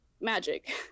magic